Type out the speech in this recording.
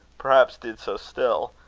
perhaps did so still,